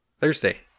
Thursday